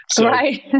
Right